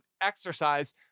exercise